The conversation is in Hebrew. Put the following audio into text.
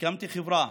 הקמתי חברה